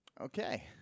Okay